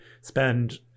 spend